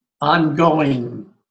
ongoing